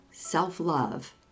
self-love